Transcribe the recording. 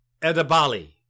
Edabali